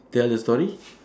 tell a story